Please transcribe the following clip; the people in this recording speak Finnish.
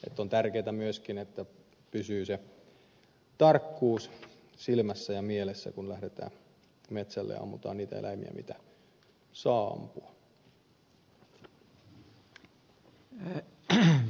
on tärkeätä myöskin että pysyy se tarkkuus silmässä ja mielessä kun lähdetään metsälle että ammutaan niitä eläimiä mitä saa ampua